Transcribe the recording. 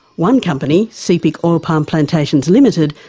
one company, sepik oil palm plantations limited,